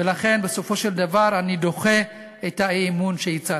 ולכן בסופו של דבר אני דוחה את האי-אמון שהצעתם.